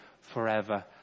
forever